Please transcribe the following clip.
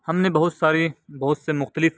ہم نے بہت ساری بہت سے مختلف